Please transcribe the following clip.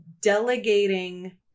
delegating